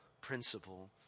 principle